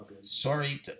sorry